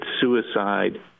suicide